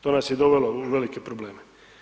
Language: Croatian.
To nas je i dovelo u velike probleme.